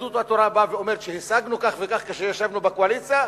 יהדות התורה באה ואומרת: השגנו כך וכך כשישבנו בקואליציה,